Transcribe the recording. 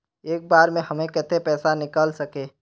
एक बार में हम केते पैसा निकल सके?